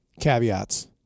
Caveats